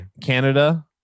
Canada